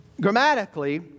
Grammatically